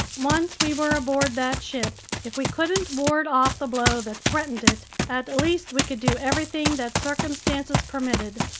once we were aboard that ship, if we couldn't ward off the blow that threatened it, at least we could do everything that circumstances permitted.